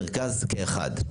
מרכז כאחד.